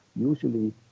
usually